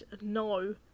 no